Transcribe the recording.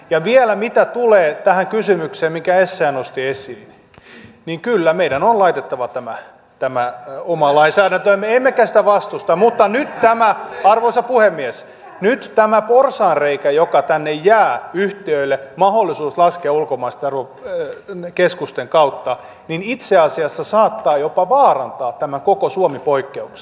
ja vielä mitä tulee tähän kysymykseen minkä essayah nosti esiin niin kyllä meidän on laitettava tämä oma lainsäädäntömme emmekä sitä vastusta mutta arvoisa puhemies nyt tämä porsaanreikä joka tänne jää yhtiöille mahdollisuus laskea ulkomaisten keskusten kautta itse asiassa saattaa jopa vaarantaa tämän koko suomi poikkeuksen